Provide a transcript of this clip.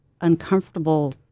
uncomfortable